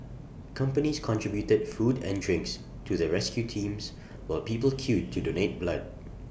companies contributed food and drinks to the rescue teams while people queued to donate blood